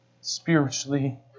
spiritually